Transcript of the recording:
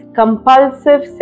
compulsive